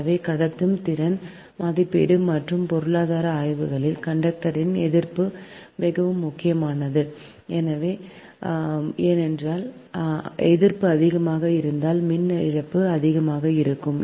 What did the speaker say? எனவே கடத்தும் திறன் மதிப்பீடு மற்றும் பொருளாதார ஆய்வுகளில் கண்டக்டரின் எதிர்ப்பு மிகவும் முக்கியமானது ஏனென்றால் எதிர்ப்பு அதிகமாக இருந்தால் மின் இழப்பு அதிகமாக இருக்கும்